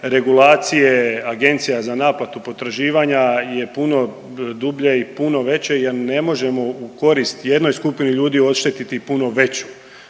regulacije agencija za naplatu potraživanja je puno dublje i puno veće jer ne možemo u korist jednoj skupini ljudi odštetiti puno veću.